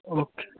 okay